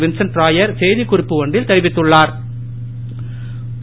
Vincent Rayar செய்திகுறிப்பு ஒன்றில் தெரிவித்துள்ளாா்